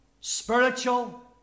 spiritual